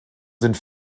sind